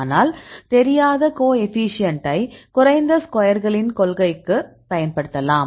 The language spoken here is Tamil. ஆனால் தெரியாத கோஎஃபீஷியேன்ட்டை குறைந்த ஸ்கொயர்களின் கொள்கைக்கு பயன்படுத்தலாம்